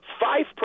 five